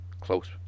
Close